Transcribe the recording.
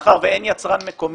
מאחר ואין יצרן מקומי,